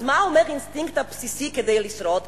אז מה אומר האינסטינקט הבסיסי כדי לשרוד?